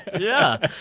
yeah,